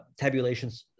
tabulations